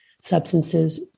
substances